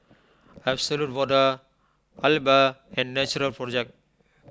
Absolut Vodka Alba and Natural Project